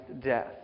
death